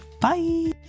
Bye